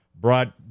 brought